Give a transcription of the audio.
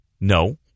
No